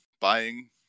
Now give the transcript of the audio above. buying